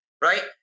right